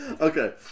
Okay